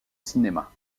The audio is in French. cinéma